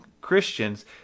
Christians